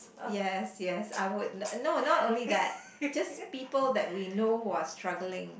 yes yes I would no not only that just people that we know who are struggling